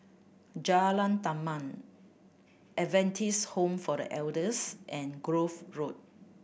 Jalan Taman Adventist Home for The Elders and Grove Road